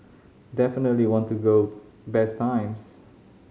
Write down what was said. definitely want to go best times